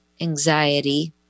anxiety